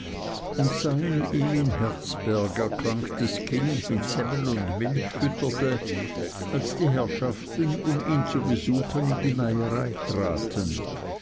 und sein ihm in herzberg erkranktes kind mit semmel und milch fütterte als die herrschaften um ihn zu besuchen in die meierei traten